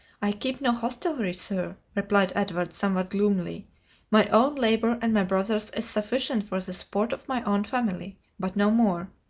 i keep no hostelry, sir, replied edward, somewhat gloomily my own labor and my brother's is sufficient for the support of my own family, but no more.